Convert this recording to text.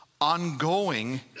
ongoing